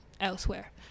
elsewhere